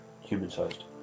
human-sized